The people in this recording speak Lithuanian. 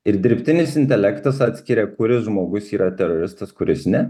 ir dirbtinis intelektas atskiria kuris žmogus yra teroristas kuris ne